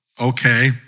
okay